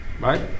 Right